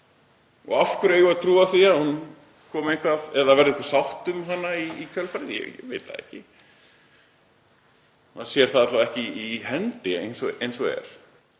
Og af hverju eigum við að trúa því að hún komi eða að það verði einhver sátt um hana í kjölfarið? Ég veit það ekki. Maður sér það alla vega ekki í hendi sér eins og er.